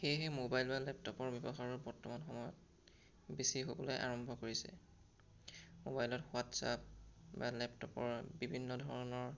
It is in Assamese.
সেয়েহে মোবাইল বা লেপটপৰ ব্যৱহাৰ বৰ্তমান সময়ত বেছি হ'বলৈ আৰম্ভ কৰিছে মোবাইলত হোৱাটছআপ বা লেপটপৰ বিভিন্ন ধৰণৰ